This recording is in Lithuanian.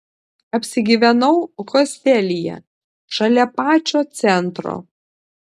apsigyvenau hostelyje šalia pačio centro